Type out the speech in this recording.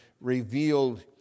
revealed